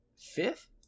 fifth